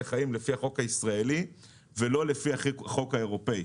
חיים לפי החוק הישראלי ולא לפי החוק האירופאי.